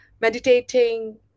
meditating